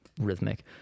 rhythmic